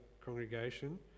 congregation